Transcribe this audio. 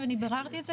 אני ביררתי את זה,